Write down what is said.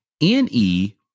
NE